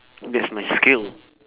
that's my skill